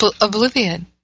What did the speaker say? oblivion